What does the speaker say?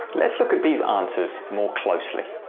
let's look at these answers more closely,